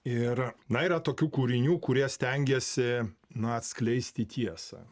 ir na yra tokių kūrinių kurie stengiasi na atskleisti tiesą